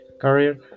career